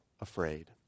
afraid